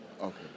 Okay